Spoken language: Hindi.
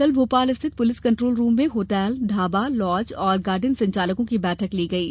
कल भोपाल रिथित पुलिस कंट्रोल रूम में होटल ढाबा लॉज और गार्डन संचालकों की बैठक ली गयी